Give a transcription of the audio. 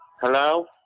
Hello